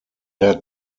der